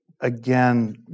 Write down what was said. again